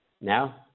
Now